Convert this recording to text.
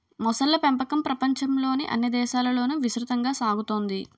మొసళ్ళ పెంపకం ప్రపంచంలోని అన్ని దేశాలలోనూ విస్తృతంగా సాగుతోంది